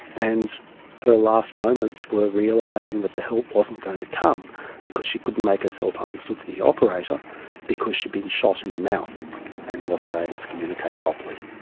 and her last moments were realising that the help wasn't going to come because she couldn't make herself understood to the operator because she'd been shot in the mouth and wasn't able to communicate properly.